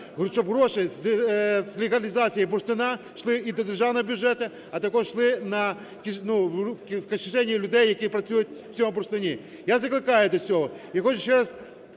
щоб гроші з легалізації бурштину йшли і до державного бюджету, а також йшли в кишені людей, які працюють на цьому бурштині. Я закликаю до цього